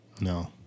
No